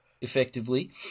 effectively